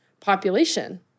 population